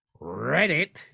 Reddit